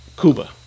Cuba